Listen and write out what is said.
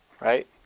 Right